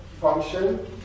Function